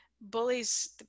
Bullies